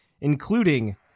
including